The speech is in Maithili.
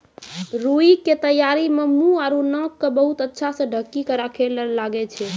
रूई के तैयारी मं मुंह आरो नाक क बहुत अच्छा स ढंकी क राखै ल लागै छै